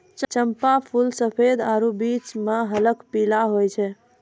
चंपा फूल सफेद आरु बीच मह हल्क पीला होय छै